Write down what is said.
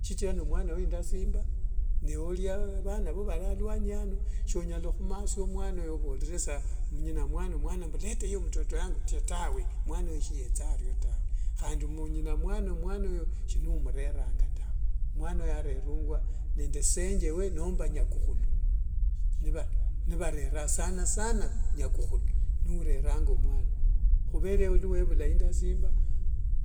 Shichira ne mwana we indasimba newe avana vo vari alwanyi ano, sonyala humasia omwana oyo overere sa nyina mwana omwana mbu leta uyo mtoto wangu tawe, mwana oyo shietsa aryo tawe handi nyina mwana omwana oyo shinumureranga tawe, omwana oyo arerungwa nende senjewe nomba nyakukhulu nivareranga, sanasana nyakukhulu niureranga omwana, huvera yewe lwevula indasimba,